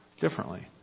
differently